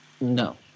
No